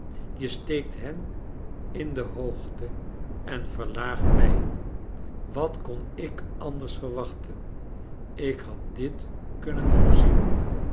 je steekt hen in de hoogte en verlaagfc mij wat kon ik anders verwachten ik had dit kunnen voorzien